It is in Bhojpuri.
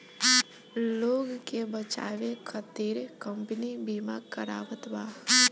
लोग के बचावे खतिर कम्पनी बिमा करावत बा